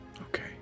Okay